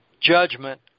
judgment